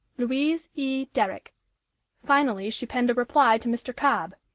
louise e. derrick finally she penned a reply to mr. cobb,